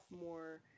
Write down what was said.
more